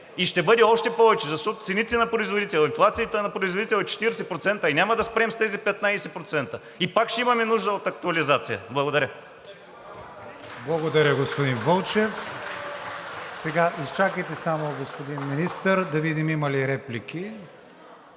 И ще бъде още повече, защото цените на производителя, инфлацията на производителя е 40% и няма да спрем с тези 15%, и пак ще имаме нужда от актуализация. Благодаря. ПРЕДСЕДАТЕЛ КРИСТИАН ВИГЕНИН: Благодаря, господин Вълчев. Сега, изчакайте само, господин Министър, да видим има ли реплики.